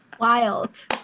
wild